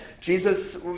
Jesus